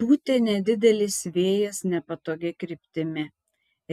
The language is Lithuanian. pūtė nedidelis vėjas nepatogia kryptimi